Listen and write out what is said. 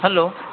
hello